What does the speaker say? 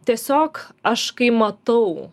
tiesiog aš kai matau